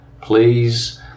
Please